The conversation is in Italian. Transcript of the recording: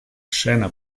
scena